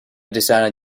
designer